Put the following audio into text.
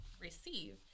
receive